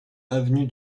avenue